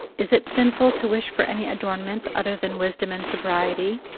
is it sinful to wish for any adornments other than wisdom and sobriety,